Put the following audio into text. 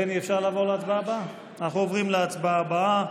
אנחנו עוברים להצבעה הבאה